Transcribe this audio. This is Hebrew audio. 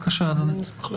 אשמח קודם